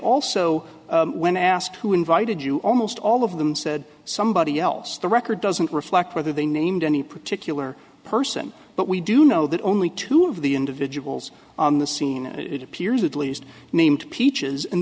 also when asked who invited you almost all of them said somebody else the record doesn't reflect whether they named any particular person but we do know that only two of the individuals on the scene it appears at least named peaches